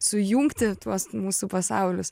sujungti tuos mūsų pasaulis